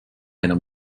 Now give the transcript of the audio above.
enam